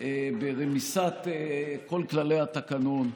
ברמיסת כל כללי התקנון.